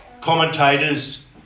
commentators